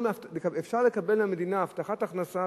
אפשר לקבל מהמדינה הבטחת הכנסה,